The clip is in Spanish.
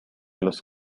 los